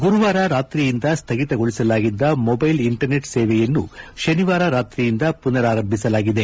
ಗುರುವಾರ ರಾತ್ರಿಯಿಂದ ಸ್ಥಗಿತಗೊಳಿಸಲಾಗಿದ್ದ ಮೊಬೈಲ್ ಇಂಟರ್ನೆಟ್ ಸೇವೆಯನ್ನು ಶನಿವಾರ ರಾತ್ರಿಯಿಂದ ಪುನರ್ ಆರಂಭಿಸಲಾಗಿದೆ